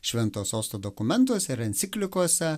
švento sosto dokumentuose ir enciklikose